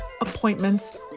appointments